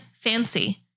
fancy